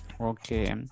okay